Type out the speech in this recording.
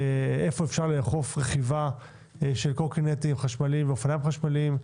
איפה אפשר לאכוף רכיבת קורקינטים חשמליים ואופניים חשמליים,